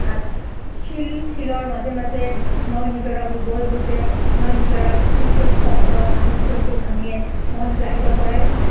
তাত শিল শিলৰ মাজে মাজে নৈ নিজৰাবোৰ বৈ গৈছে নৈ নিজৰাৰ কুল কুল শব্দ পানীৰ কুল কুল ধ্বনিয়ে মন গ্ৰাহিত কৰে